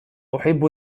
أحب